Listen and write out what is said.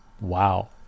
wow